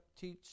teach